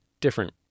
different